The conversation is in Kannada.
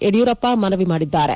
ಯಡಿಯೂರಪ್ಪ ಮನವಿ ಮಾಡಿದ್ದಾರೆ